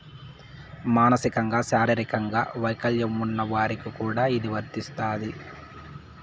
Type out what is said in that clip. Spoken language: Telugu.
మానసికంగా శారీరకంగా వైకల్యం ఉన్న వారికి కూడా ఇది వర్తిస్తుంది